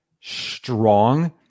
strong